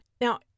Now